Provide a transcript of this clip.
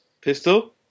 Pistol